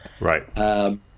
Right